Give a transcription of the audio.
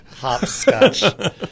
Hopscotch